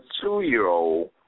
two-year-old